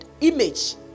image